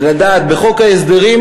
ולדעת, בחוק ההסדרים,